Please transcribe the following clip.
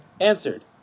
answered